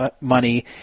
money